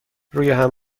رویهم